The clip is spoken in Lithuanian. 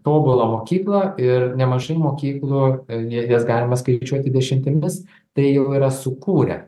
tobulą mokyklą ir nemažai mokyklų jas galima skaičiuoti dešimtimis tai jau yra sukūrę